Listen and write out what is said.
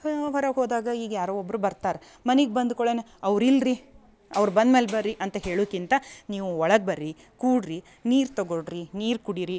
ಹೊರಗೆ ಹೋದಾಗ ಈಗ ಯಾರೋ ಒಬ್ರು ಬರ್ತಾರ ಮನಿಗೆ ಬಂದ ಕುಳೆನೆ ಅವ್ರು ಇಲ್ರಿ ಅವ್ರು ಬಂದ್ಮೇಲೆ ಬರ್ರಿ ಅಂತ ಹೇಳುಕ್ಕಿಂತ ನೀವು ಒಳಗೆ ಬರ್ರೀ ಕೂಡ್ರಿ ನೀರು ತಗೊಳ್ರಿ ನೀರು ಕುಡಿರಿ